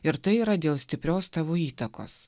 ir tai yra dėl stiprios tavo įtakos